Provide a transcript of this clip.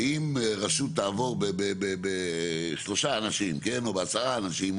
שאם רשות תעבור בשלושה אנשים או בעשרה אנשים,